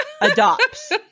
adopts